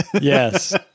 Yes